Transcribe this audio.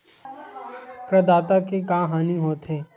प्रदाता के का हानि हो थे?